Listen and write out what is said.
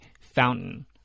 fountain